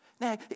Now